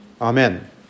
Amen